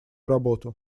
работу